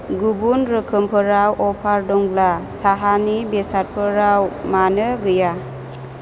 गुबुन रोखोमफोराव अफार दङब्ला साहानि बेसादफोराव मानो गैया